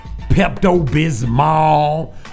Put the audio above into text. Pepto-Bismol